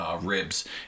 Ribs